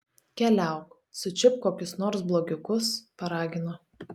keliauk sučiupk kokius nors blogiukus paragino